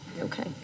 Okay